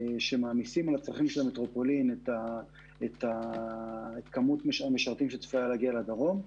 שמעמיסים על הצרכים של המטרופולין את כמות המשרתים שצפויה להגיע לדרום.